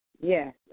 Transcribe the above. yes